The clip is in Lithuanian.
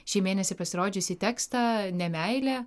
šį mėnesį pasirodžiusį tekstą ne meilė